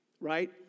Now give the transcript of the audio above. right